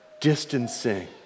distancing